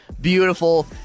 beautiful